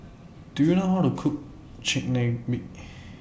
Do YOU know How to Cook Chigenabe